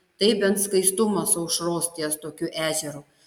tai bent skaistumas aušros ties tokiu ežeru